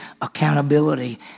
accountability